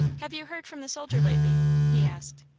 have you heard from the soldier lately? he asked.